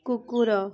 କୁକୁର